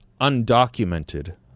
undocumented